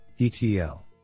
ETL